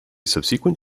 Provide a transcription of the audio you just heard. subsequent